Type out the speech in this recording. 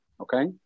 Okay